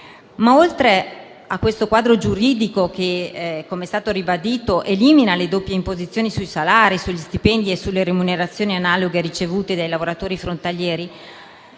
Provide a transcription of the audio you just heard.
Oltre a questo quadro giuridico, che come è stato ribadito elimina le doppie imposizioni sui salari, sugli stipendi e sulle remunerazioni analoghe ricevute dai lavoratori frontalieri,